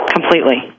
Completely